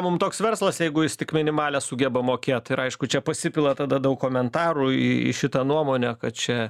mum toks verslas jeigu jis tik minimalią sugeba mokėt ir aišku čia pasipila tada daug komentarų į šitą nuomonę kad čia